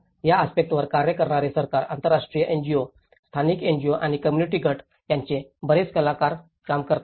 या आस्पेक्टसंवर कार्य करणारे सरकार आंतरराष्ट्रीय एनजीओ स्थानिक एनजीओ आणि कोम्मुनिटी गट यांचे बरेच कलाकार काम करतात